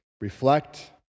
Reflect